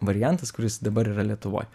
variantas kuris dabar yra lietuvoj